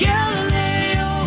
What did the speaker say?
Galileo